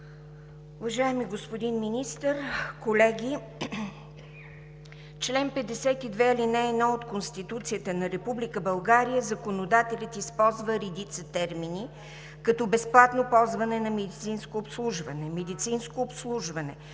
Уважаеми господин Министър, колеги! В чл. 52, ал. 1 от Конституцията на Република България законодателят използва редица термини, като: „безплатно ползване на медицинско обслужване“,